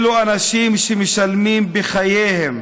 אלו אנשים שמשלמים בחייהם